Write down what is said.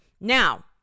Now